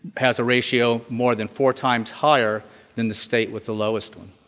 has a ratio more than four times higher than the state with the lowest one.